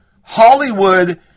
Hollywood